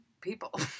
people